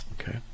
Okay